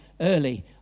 early